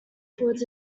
towards